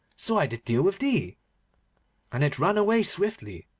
so i did deal with thee and it ran away swiftly,